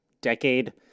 decade